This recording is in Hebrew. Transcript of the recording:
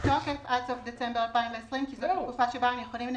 בתוקף עד סוף דצמבר 2020 כי זאת התקופה בה הם יכולים לנצל.